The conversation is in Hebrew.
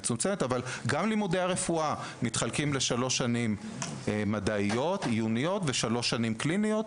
לימודי הרפואה מתחלקים לשלוש שנים מדעיות-עיוניות ולשלוש שנים קליניות.